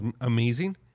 amazing